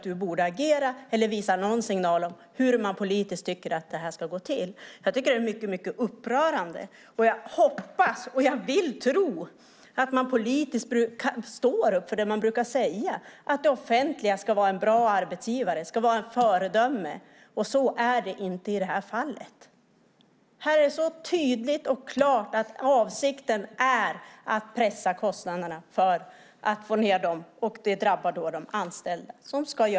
Du borde agera eller ge någon signal om hur du politiskt tycker att det här ska gå till. Jag tycker att det är mycket upprörande. Jag hoppas och vill tro att man politiskt står upp för det man brukar säga, att det offentliga ska vara en bra arbetsgivare, ett föredöme. Så är det inte i det här fallet. Här är det så tydligt och klart att avsikten är att pressa kostnaderna, och det drabbar de anställda.